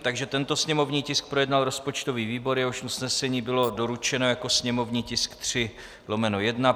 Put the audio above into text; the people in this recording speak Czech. Takže tento sněmovní tisk projednal rozpočtový výbor, jehož usnesení bylo doručeno jako sněmovní tisk 3/1.